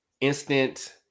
instant